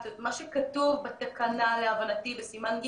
שמעתי את זה מממשל זמין,